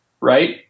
right